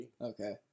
Okay